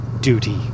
duty